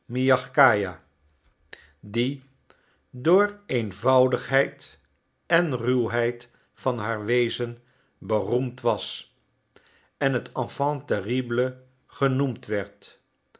miagkaja die door eenvoudigheid en ruwheid van haar wezen beroemd was en het enfant terrible genoemd werd